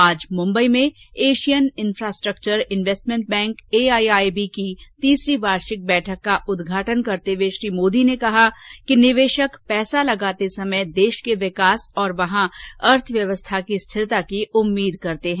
आज मुंबई में Asian Infrastructure Investment Bank AIIB की तीसरी वार्षिक बैठक का उद्घाटन करते हुए श्री मोदी ने कहा कि निवेशक पैसा लगाते समय देश के विकास और वहां अर्थव्यवस्था की स्थिरता की उम्मीद करते हैं